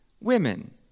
women